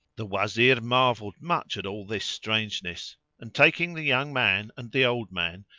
the wazir marvelled much at all this strangeness and, taking the young man and the old man,